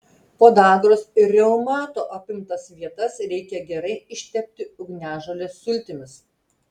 podagros ir reumato apimtas vietas reikia gerai ištepti ugniažolės sultimis